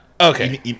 Okay